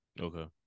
Okay